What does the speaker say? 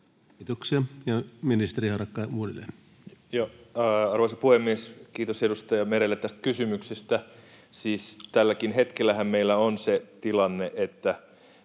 Kiitoksia. — Ministeri Harakka uudelleen. Arvoisa puhemies! Kiitos edustaja Merelle tästä kysymyksestä. Siis tälläkin hetkellähän meillä on se tilanne, että